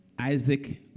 Isaac